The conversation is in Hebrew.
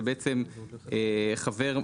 שבעצם חבר,